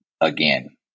again